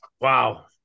wow